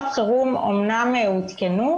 רק שאסור שהוא יגרום לנו להיחפז בחקיקה כזו,